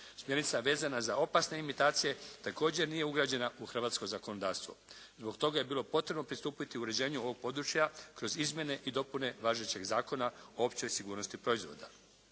Smjernica vezana za opasne imitacije također nije ugrađena u hrvatsko zakonodavstvo. Zbog toga je bilo potrebno pristupiti uređenju ovog područja kroz izmjene i dopune važećeg Zakona o općoj sigurnosti proizvoda.